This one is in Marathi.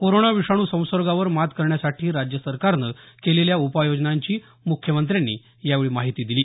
कोरोना विषाणू संसर्गावर मात करण्यासाठी राज्य सरकारनं केलेल्या उपाययोजनांची मुख्यमंत्र्यांनी यावेळी माहिती दिली